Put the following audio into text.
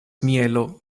mielo